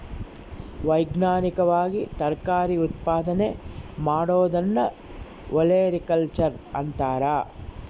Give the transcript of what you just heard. ವೈಜ್ಞಾನಿಕವಾಗಿ ತರಕಾರಿ ಉತ್ಪಾದನೆ ಮಾಡೋದನ್ನ ಒಲೆರಿಕಲ್ಚರ್ ಅಂತಾರ